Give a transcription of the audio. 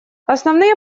основные